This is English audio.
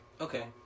Okay